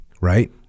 right